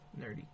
nerdy